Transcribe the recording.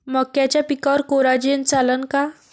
मक्याच्या पिकावर कोराजेन चालन का?